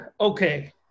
Okay